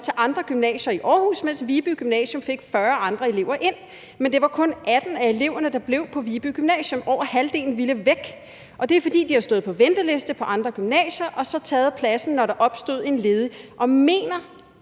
til andre gymnasier i Aarhus, mens Viby Gymnasium fik 40 andre elever ind. Men det var kun 18 af eleverne, der blev på Viby Gymnasium – over halvdelen ville væk. Og det er, fordi de har stået på venteliste på andre gymnasier og så har taget pladsen, når der opstod en ledig plads.